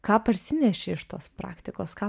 ką parsinešei iš tos praktikos ką